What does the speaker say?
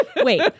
Wait